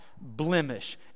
blemish